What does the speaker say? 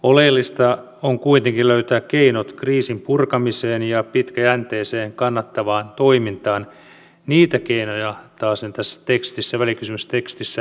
oleellista on kuitenkin löytää keinot kriisin purkamiseen ja pitkäjänteiseen kannattavaan toimintaan niitä keinoja taasen tässä välikysymystekstissä on kovin vähän